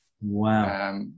Wow